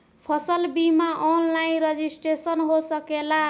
फसल बिमा online registration हो सकेला?